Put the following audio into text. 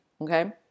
Okay